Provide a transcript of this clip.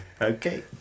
Okay